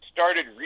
started